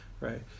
right